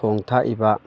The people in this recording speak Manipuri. ꯊꯣꯡ ꯊꯥꯛꯏꯕ